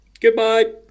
Goodbye